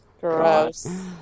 Gross